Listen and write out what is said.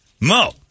Mo